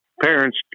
Parents